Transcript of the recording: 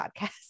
podcast